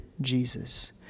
Jesus